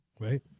Right